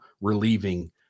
relieving